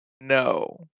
no